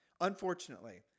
unfortunately